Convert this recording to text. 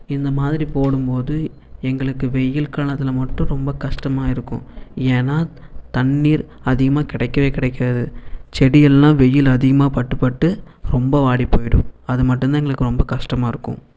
இந்த மாதிரி போடும்போது எங்களுக்கு வெயில் காலத்தில் மட்டும் ரொம்ப கஷ்டமா இருக்கும் ஏன்னால் தண்ணீர் அதிகமாக கிடைக்கவே கிடைக்காது செடிகள்லாம் வெயில் அதிகமாக பட்டு பட்டு ரொம்ப வாடிப் போயிடும் அது மட்டும் தான் எங்களுக்கு ரொம்ப கஷ்டமாக இருக்கும்